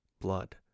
blood